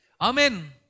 Amen